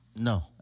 No